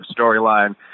storyline